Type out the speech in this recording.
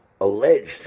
alleged